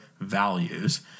values